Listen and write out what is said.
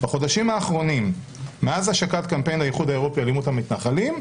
בחודשים האחרונים מאז השקת קמפיין האיחוד האירופי "אלימות המתנחלים",